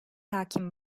hakim